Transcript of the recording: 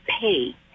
pay